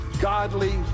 godly